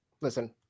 Listen